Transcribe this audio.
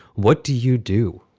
what do you do?